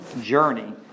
journey